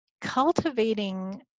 cultivating